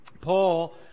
Paul